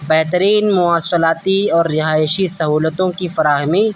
بہترین مواصلاتی اور رہائشی سہولتوں کی فراہمی